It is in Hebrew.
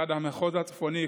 המחוז הצפוני,